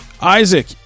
Isaac